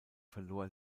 verlor